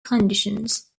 conditions